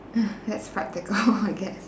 that's practical I guess